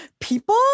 people